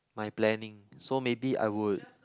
my planning so maybe I would